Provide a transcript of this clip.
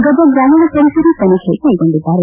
ಗದಗ ಗ್ರಾಮೀಣ ಪೊಲೀಸರು ತನಿಖೆ ಕೈಗೊಂಡಿದ್ದಾರೆ